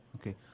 Okay